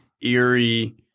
eerie –